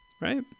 Right